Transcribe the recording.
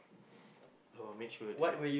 I will make sure that